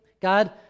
God